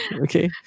Okay